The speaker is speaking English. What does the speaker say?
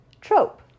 trope